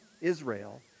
Israel